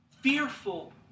fearful